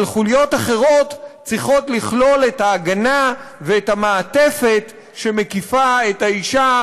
אבל חוליות אחרות צריכות לכלול את ההגנה ואת המעטפת שמקיפה את האישה